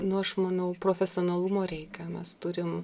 nu aš manau profesionalumo reikia mes turim